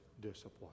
discipline